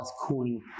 cooling